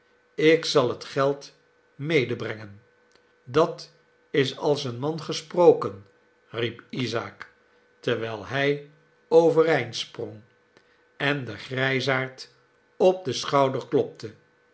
ik zal het geld medebrengen dat is als een man gesproken rieplsaak terwijl hij overeind sprong en den grijsaard op den schouder klopte